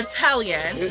Italian